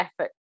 effort